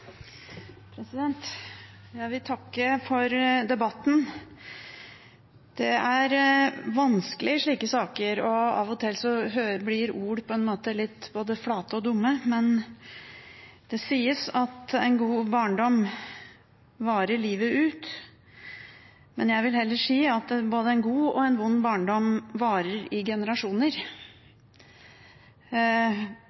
og av og til blir ord både litt flate og dumme. Det sies at en god barndom varer livet ut. Jeg vil heller si at både en god og en vond barndom varer i generasjoner.